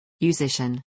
Musician